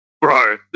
Bro